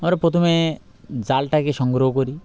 আমরা প্রথমে জালটাকে সংগ্রহ করি